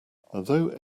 although